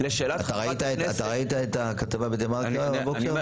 אתה ראית את הכתבה בדה מרקר הבוקר לגבי הרופאים?